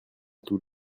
tous